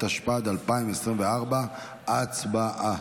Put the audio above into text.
התשפ"ד 2024. הצבעה.